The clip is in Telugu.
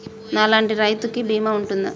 నా లాంటి రైతు కి బీమా ఉంటుందా?